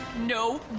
No